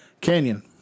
Canyon